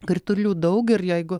kritulių daug ir jeigu